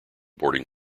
boarding